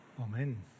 Amen